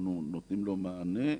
ואנחנו נותנים לו מענה,